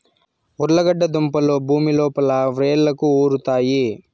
ఉర్లగడ్డ దుంపలు భూమి లోపల వ్రేళ్లకు ఉరుతాయి